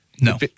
No